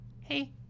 hey